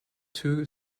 two